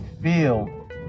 feel